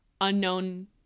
unknown